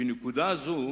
בנקודה זו